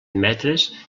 metres